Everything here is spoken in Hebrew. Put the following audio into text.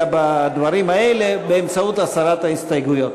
בדברים האלה באמצעות הסרת ההסתייגויות.